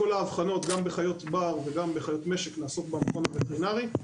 כל האבחנות גם בחיות בר וגם בחיות משק נעשות במכון הווטרינרי.